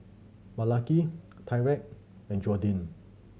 Malaki Tyrik and Jordyn